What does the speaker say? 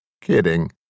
Kidding